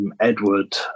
Edward